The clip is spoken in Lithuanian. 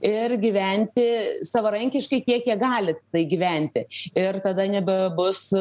ir gyventi savarankiškai tiek kiek gali tai gyventi ir tada nebebus